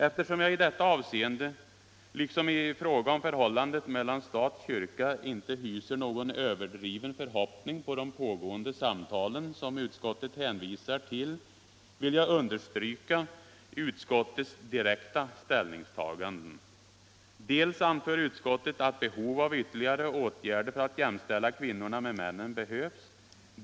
Eftersom jag i detta avseende liksom i fråga om förhållandet mellan stat och kyrka inte hyser någon överdriven förhoppning om de pågående samtalen, som utskottet hänvisar till, vill jag understryka utskottets direkta ställningstaganden. Dels anför utskottet att behov av ytterligare åtgärder för att jämställa kvinnorna med männen behövs.